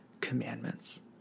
commandments